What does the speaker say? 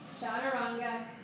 Chaturanga